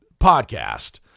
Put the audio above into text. podcast